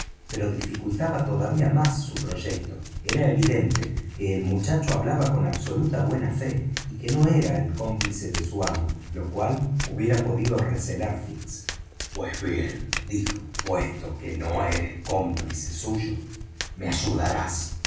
pero dificultaba todavía mas su proyecto era evidente que el muchacho hablaba con absoluta buena fe y que no era el cómplice de su amo lo cual hubiera podido recelar fix pues bien dijo puesto que no eres cómplice suyo me ayudarás